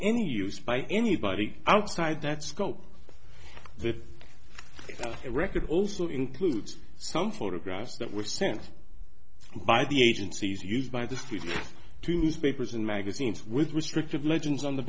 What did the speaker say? any use by anybody outside that scope the record also includes some photographs that were sent by the agencies used by the studio to newspapers and magazines with restrictive legends on the